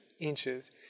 inches